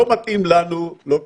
לא מתאים לנו לא כמדינה,